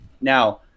Now